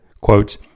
Quote